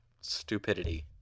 stupidity